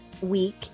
week